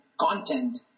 content